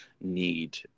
need